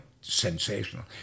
sensational